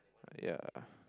ya